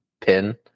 pin